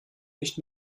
nicht